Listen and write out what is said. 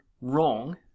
wrong